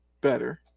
better